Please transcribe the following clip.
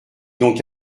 donc